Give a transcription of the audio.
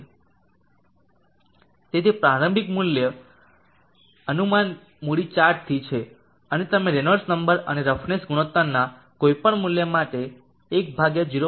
તેથી પ્રારંભિક મૂલ્ય અનુમાન મૂડી ચાર્ટથી છે અને તમે રેનોલ્ડ્સ નંબર અને રફનેસ ગુણોત્તરના કોઈપણ મૂલ્ય માટે 1√0